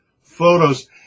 photos